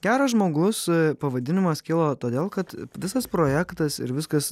geras žmogus pavadinimas kilo todėl kad visas projektas ir viskas